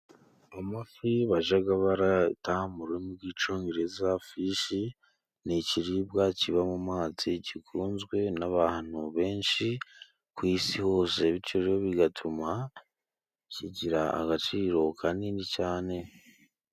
Amafi bajya barata mu rurimi rw'icyongereza fishi . Ni ikiribwa kiba mu mazi ,gikunzwe n'abantu benshi ku isi hose ,bityo rero bigatuma kigira agaciro kanini cyane.